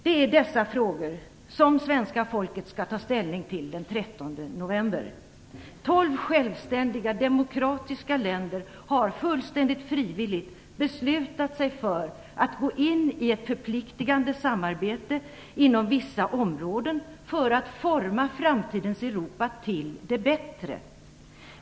Det är dessa frågor som svenska folket skall ta ställning till den 13 november. Tolv självständiga demokratiska länder har fullständigt frivilligt beslutat sig för att gå in i ett förpliktigande samarbete inom vissa områden för att forma framtidens Europa till det bättre.